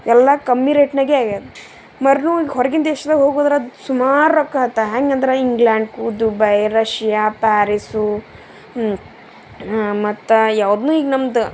ಎಲ್ಲ ಕಮ್ಮಿ ರೇಟ್ನಾಗೆ ಆಗ್ಯದ ಮರುನೂ ಈಗ ಹೊರ್ಗಿಂದ ದೇಶ್ದಾಗ ಹೋಗ್ಬಂದ್ರೆ ಸುಮಾರು ರೊಕ್ಕ ಹೊತ ಹೇಗಂದ್ರೆ ಇಂಗ್ಲೆಂಡ್ ದುಬಾಯ್ ರಷ್ಯಾ ಪ್ಯಾರಿಸು ಮತ್ತು ಯಾವ್ದನ್ನು ಈಗ ನಮ್ಮದು